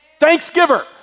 Thanksgiver